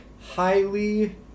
highly